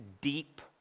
deep